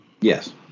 Yes